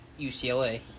UCLA